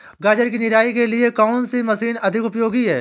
गाजर की निराई के लिए कौन सी मशीन अधिक उपयोगी है?